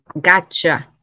Gotcha